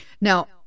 Now